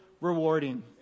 rewarding